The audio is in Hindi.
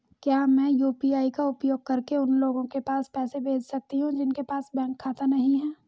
क्या मैं यू.पी.आई का उपयोग करके उन लोगों के पास पैसे भेज सकती हूँ जिनके पास बैंक खाता नहीं है?